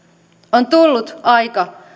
on tullut aika